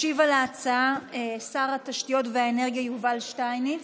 ישיב על ההצעה שר התשתיות והאנרגיה יובל שטייניץ.